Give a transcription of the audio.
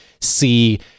see